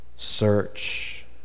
search